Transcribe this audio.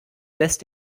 lässt